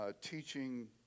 teaching